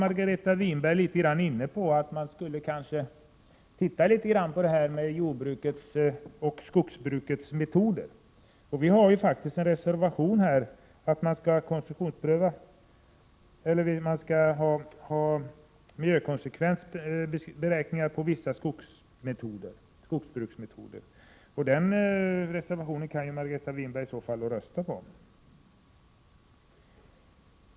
Margareta Winberg var inne på att man skulle 'studera jordoch skogsbrukets metoder. Vi i centern har faktiskt en reservation, där vi säger att man borde göra miljökonsekvensberäkningar när det gäller vissa skogsbruksmetoder, så den reservationen kan Margareta Winberg rösta för.